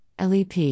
LEP